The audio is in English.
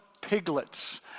piglets